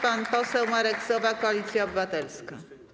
Pan poseł Marek Sowa, Koalicja Obywatelska.